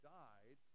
died